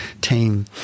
team